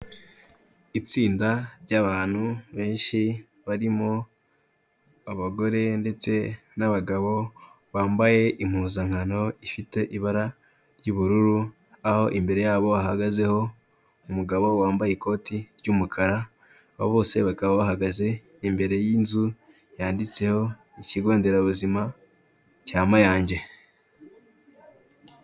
Itsinda ry'abantu benshi, barimo abagore ndetse n'abagabo, bambaye impuzankano ifite ibara ry'ubururu, aho imbere yabo hahagazeho umugabo wambaye ikoti ry'umukara. Abo bose bakaba bahagaze imbere y'inzu yanditseho ikigo nderabuzima cya Mayange.